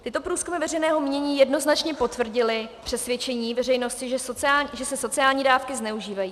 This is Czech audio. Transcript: Tyto průzkumy veřejného mínění jednoznačně potvrdily přesvědčení veřejnosti, že se sociální dávky zneužívají.